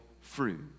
fruit